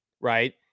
Right